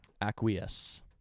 Acquiesce